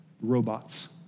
robots